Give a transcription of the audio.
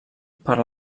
per